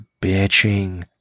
bitching